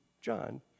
John